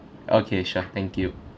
okay sure thank you